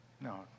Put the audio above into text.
No